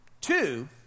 Two